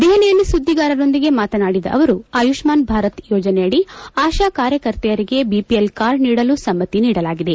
ದೆಹಲಿಯಲ್ಲಿ ಸುದ್ದಿಗಾರೊಂದಿಗೆ ಮಾತನಾಡಿದ ಅವರು ಆಯುಷ್ಮಾನ್ ಭಾರತ್ ಯೋಜನೆಯಡಿ ಆಶಾ ಕಾರ್ಯಕರ್ತೆಯರಿಗೆ ಬಿಪಿಎಲ್ ಕಾರ್ಡ್ ನೀಡಲು ಸಮ್ಮಿ ನೀಡಲಾಗಿದೆ